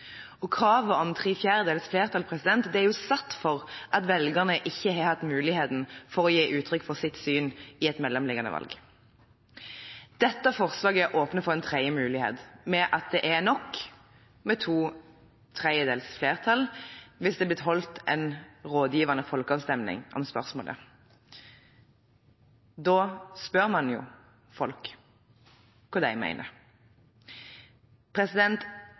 Kravet om tre fjerdedels flertall er satt for at velgerne ikke har hatt muligheten for å gi uttrykk for sitt syn i et mellomliggende valg. Dette forslaget åpner for en tredje mulighet, ved at det er nok med to tredjedels flertall hvis det er blitt avholdt en rådgivende folkeavstemning om spørsmålet. Da spør man jo folk hva de